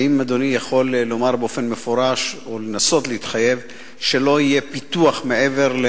האם אדוני יכול לומר באופן מפורש או לנסות להתחייב שלא יהיה פיתוח מעבר,